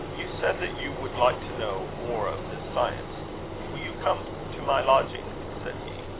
you said that you would like to know more of this science will you come to my lodging? said he.